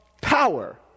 power